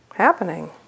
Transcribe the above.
happening